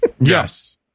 Yes